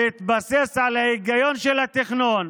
בהתבסס על ההיגיון של התכנון.